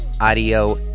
Audio